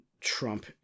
Trump